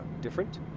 different